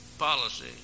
Policy